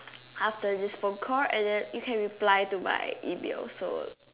after this phone call and then if you reply to my email so